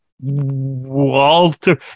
walter